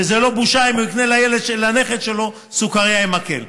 וזו לא בושה אם הוא יקנה לנכד שלו סוכריה עם מקל.